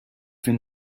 been